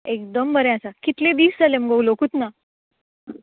एकदम बरें आसा कितलें दीस जाले मुगो उलोवंकूच ना